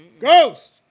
Ghost